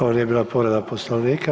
Ovo nije bila povreda Poslovnika.